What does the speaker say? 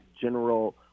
general